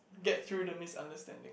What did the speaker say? get through the misunderstanding